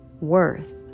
worth